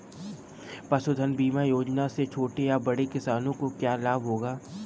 पशुधन बीमा योजना से छोटे या बड़े किसानों को क्या लाभ होगा?